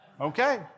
Okay